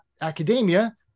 academia